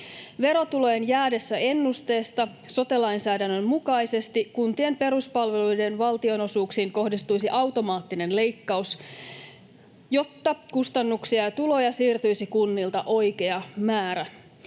Verotulojen jäädessä ennusteesta sote-lainsäädännön mukaisesti kuntien peruspalvelujen valtionosuuksiin kohdistuisi automaattinen leikkaus, jotta kustannuksia ja tuloja siirtyisi kunnilta oikea määrä.